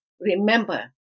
Remember